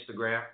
Instagram